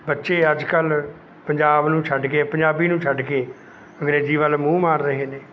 ਬੱਚੇ ਅੱਜ ਕੱਲ੍ਹ ਪੰਜਾਬ ਨੂੰ ਛੱਡ ਕੇ ਪੰਜਾਬੀ ਨੂੰ ਛੱਡ ਕੇ ਅੰਗਰੇਜ਼ੀ ਵੱਲ ਮੂੰਹ ਮਾਰ ਰਹੇ ਨੇ